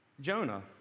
Jonah